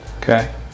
Okay